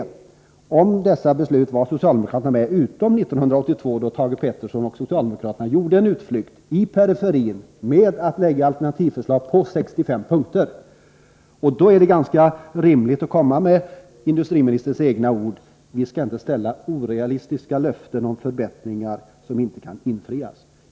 Socialdemokraterna var med om dessa beslut, utom 1982, då Thage Peterson och socialdemokraterna gjorde en utflykt i periferin genom att lägga fram alternativförslag på 65 punkter, förslag som s sedan övergivit. Då är det ganska rimligt att använda industriministerns egna ord: Vi skall inte ge orealistiska löften om förbättringar, löften som inte kan infrias.